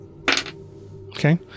Okay